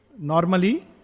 normally